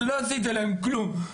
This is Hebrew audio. ולא עשיתי להם כלום.